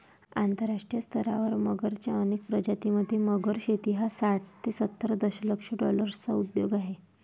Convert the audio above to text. आंतरराष्ट्रीय स्तरावर मगरच्या अनेक प्रजातीं मध्ये, मगर शेती हा साठ ते सत्तर दशलक्ष डॉलर्सचा उद्योग आहे